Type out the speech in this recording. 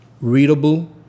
readable